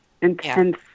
intense